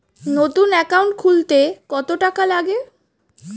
নতুন একাউন্ট খুলতে কত টাকা লাগে?